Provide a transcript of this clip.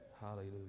Hallelujah